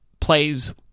plays